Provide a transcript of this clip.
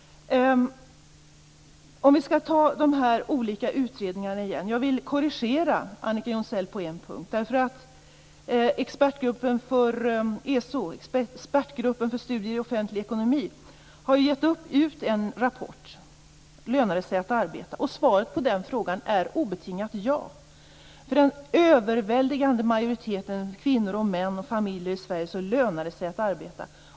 Låt mig ta upp de olika utredningarna igen. Jag vill korrigera Annika Jonsell på en punkt. Expertgruppen för studier i offentlig ekonomi har ju gett ut en rapport, Lönar det sig att arbeta. Och svaret på den frågan är obetingat ja. För den överväldigande majoriteten kvinnor, män och familjer i Sverige i dag lönar det sig att arbeta.